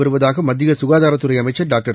வருவதாக மத்திய சுகாதாரத்துறை அமைச்சர் டாக்டர்